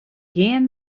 gean